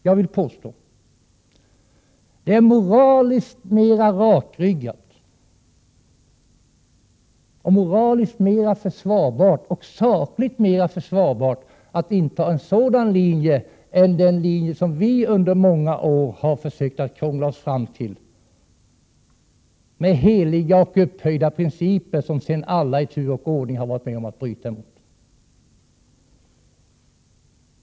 Jag vill påstå att det är moraliskt mera rakryggat, moraliskt mera försvarbart och sakligt mera försvarbart att inta en sådan linje än den linje som vi under många år har försökt krångla oss fram till, med heliga och upphöjda principer som sedan alla i tur och ordning har varit med om att bryta mot.